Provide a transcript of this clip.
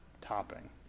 topping